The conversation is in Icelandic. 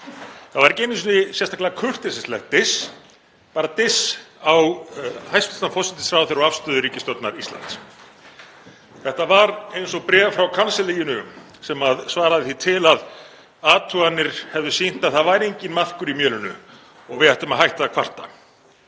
Það var ekki einu sinni sérstaklega kurteisislegt diss, bara diss á hæstv. forsætisráðherra og afstöðu ríkisstjórnar Íslands. Þetta var eins og bréf frá kansellíinu sem svaraði því til að athuganir hefðu sýnt að það væri enginn maðkur í mjölinu og við ættum að hætta að kvarta.